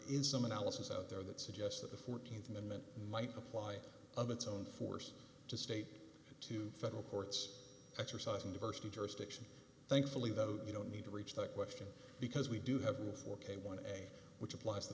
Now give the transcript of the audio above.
is some analysis out there that suggests that the fourteenth amendment might apply of its own force to state to federal courts exercising diversity jurisdiction thankfully though you don't need to reach that question because we do have four k one any which applies t